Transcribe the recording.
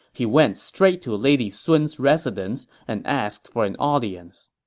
he went straight to lady sun's residence and asked for an audience.